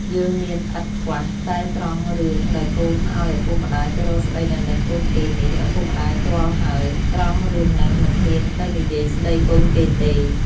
យើងមានឥតខ្វះ តែត្រង់រឿងដែលកូនឱ្យឪពុកមា្ដយទៅរកស្ដីដណ្ដឹងកូនគេនេះ ឪពុកម្ដាយទាល់ហើយ ត្រង់រឿងហ្នឹងមិនហ៊ានទៅនិយាយស្ដីកូនគេទេ។